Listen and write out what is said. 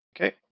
Okay